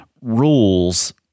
rules